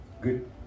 good